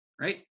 right